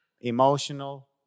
emotional